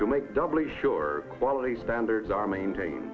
to make doubly sure quality standards are maintain